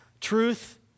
Truth